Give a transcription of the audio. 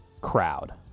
crowd